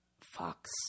Fox